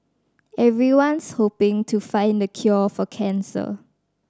everyone's hoping to find the cure for cancer